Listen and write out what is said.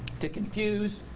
to confuse,